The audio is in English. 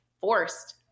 forced